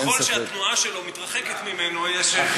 ככל שהתנועה שלו מתרחקת ממנו, יש עיון בכתביו.